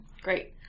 Great